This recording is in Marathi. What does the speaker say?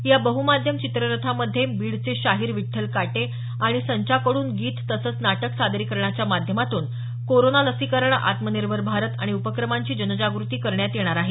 या बह्माध्यम चित्ररथामध्ये बीडचे शाहीर विठ्ठल काटे आणि संचाकडून गीत तसंच नाटक सादरीकरणाच्या माध्यमातून कोरोना लसीकरण आत्मनिर्भर भारत आणि उपक्रमांची जनजागृती करण्यात येणार आहे